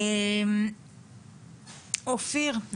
אופיר,